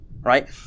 Right